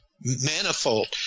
manifold